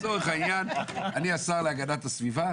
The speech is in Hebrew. לצורך העניין, אני השר להגנת הסביבה